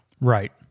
Right